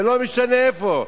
ולא משנה איפה,